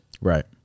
Right